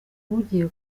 ugiye